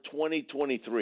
2023